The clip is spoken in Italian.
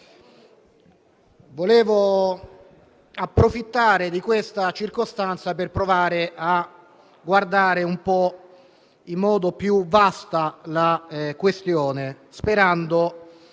vorrei approfittare di questa circostanza per provare a guardare in modo un po' più vasto la questione, sperando